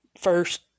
First